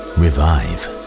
revive